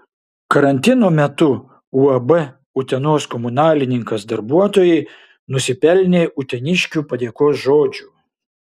karantino metu uab utenos komunalininkas darbuotojai nusipelnė uteniškių padėkos žodžių